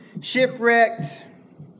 shipwrecked